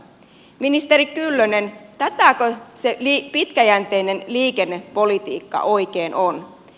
ministeri kyllönen tätäkö se pitkäjänteinen liikennepolitiikka oikein on